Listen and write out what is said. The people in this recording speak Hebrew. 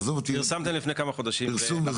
פרסמתם לפני כמה חודשים.